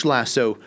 Lasso